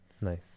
nice